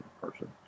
person